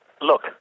look